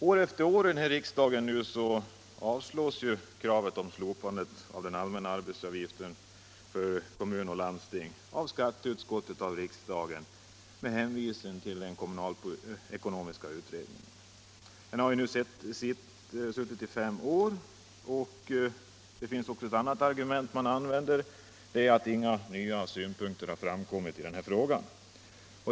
År efter år avslås kravet på slopande av den allmänna arbetsgivaravgiften för kommun och landsting av riksdagen på hemställan av skatteutskottet med hänvisning till den kommunalekonomiska utredningen, som nu har arbetat i fem år. Man använder också ett annat argument, och det är att inga nya synpunkter framkommit i den här frågan.